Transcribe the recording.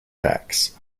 tax